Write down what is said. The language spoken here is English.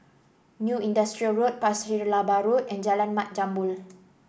New Industrial Road Pasir Laba Road and Jalan Mat Jambol